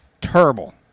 Terrible